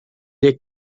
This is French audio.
est